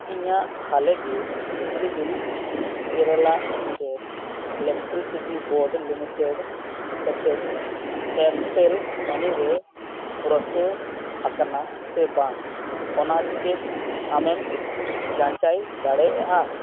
ᱤᱧᱟᱹᱜ ᱦᱟᱞᱮ ᱜᱮ ᱵᱤᱡᱽᱞᱤ bill Kerala state electricity board limited ᱦᱚᱛᱮᱡ ᱮᱭᱟᱨᱴᱮᱞ ᱢᱟᱹᱱᱤ ᱨᱮ ᱯᱨᱚᱥᱮᱥ ᱟᱠᱟᱱᱟ ᱥᱮ ᱵᱟᱝ ᱚᱱᱟ ᱪᱮᱫ ᱟᱢᱮᱢ ᱡᱟᱪᱟᱭ ᱫᱟᱲᱮᱭᱟᱜᱼᱟ